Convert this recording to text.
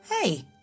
Hey